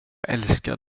älskar